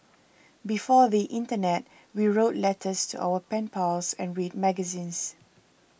before the internet we wrote letters to our pen pals and read magazines